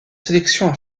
sélections